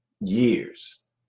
years